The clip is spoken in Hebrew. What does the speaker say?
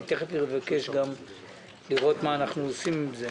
אני אבקש גם לראות מה אנחנו עושים עם זה.